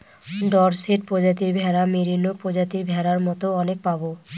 Dorset প্রজাতির ভেড়া, merino প্রজাতির ভেড়ার মতো অনেক পাবো